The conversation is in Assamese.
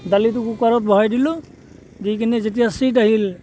দালিটো কুকাৰত বহাই দিলোঁ দি কিনে যেতিয়া চিট আহিল